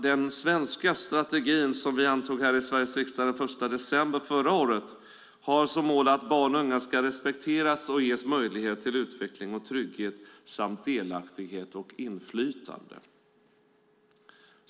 Den svenska strategin som vi antog här i Sveriges riksdag den 1 december förra året har som mål att barn och unga ska respekteras och ges möjlighet till utveckling, trygghet, delaktighet och inflytande.